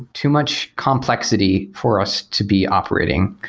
too much complexity for us to be operating.